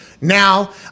Now